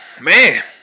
man